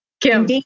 Kim